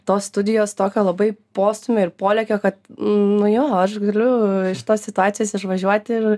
tos studijos tokio labai postūmio ir polėkio kad nu jo aš galiu iš šitos situacijos išvažiuoti ir